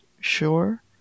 sure